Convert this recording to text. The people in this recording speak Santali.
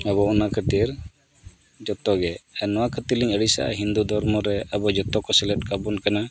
ᱟᱵᱚ ᱚᱱᱟ ᱠᱷᱟᱹᱛᱤᱨ ᱡᱚᱛᱚᱜᱮ ᱟᱨ ᱱᱚᱣᱟ ᱠᱷᱟᱹᱛᱤᱨ ᱞᱤᱧ ᱟᱹᱲᱤᱥᱟᱜᱼᱟ ᱦᱤᱱᱫᱩ ᱫᱷᱚᱨᱢᱚ ᱨᱮ ᱟᱵᱚ ᱡᱚᱛᱚ ᱠᱚ ᱥᱮᱞᱮᱫ ᱠᱟᱵᱚᱱ ᱠᱟᱱᱟ